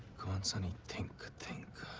god sunny. think. think.